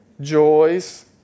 Joys